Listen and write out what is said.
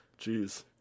Jeez